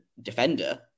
defender